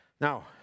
Now